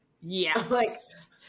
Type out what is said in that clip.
Yes